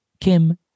Kim